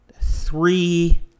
three